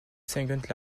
second